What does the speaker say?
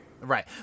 Right